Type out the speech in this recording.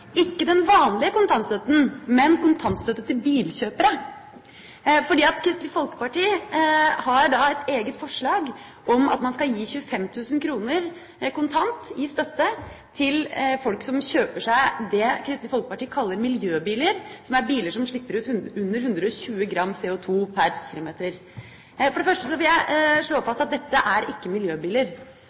ikke den vanlige kontantstøtten, men kontantstøtte til bilkjøpere. Kristelig Folkeparti har et eget forslag om at man skal gi 25 000 kr kontant i støtte til folk som kjøper seg det Kristelig Folkeparti kaller miljøbiler, biler som slipper ut under 120 gram CO2 pr. kilometer. For det første vil jeg slå fast at dette er ikke miljøbiler.